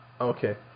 Okay